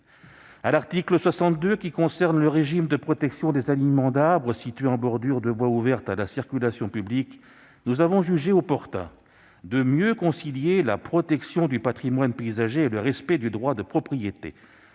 À l'article 62, qui concerne le régime de protection des alignements d'arbres situés en bordure de voies ouvertes à la circulation publique, nous avons jugé opportun de mieux concilier la protection du patrimoine paysager et le respect du droit de propriété.